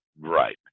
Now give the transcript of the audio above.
Right